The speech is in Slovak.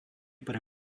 pre